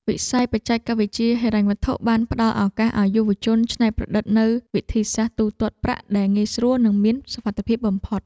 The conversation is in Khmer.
វិស័យបច្ចេកវិទ្យាហិរញ្ញវត្ថុបានផ្តល់ឱកាសឱ្យយុវជនច្នៃប្រឌិតនូវវិធីសាស្ត្រទូទាត់ប្រាក់ដែលងាយស្រួលនិងមានសុវត្ថិភាពបំផុត។